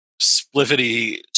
spliffity